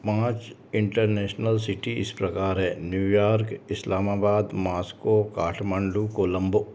पाँच international city इस प्रकार हैं न्यूयॉर्क इस्लामाबाद मॉस्को काठमांडू कोलंबो